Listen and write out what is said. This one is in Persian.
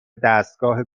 دستگاه